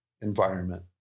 environment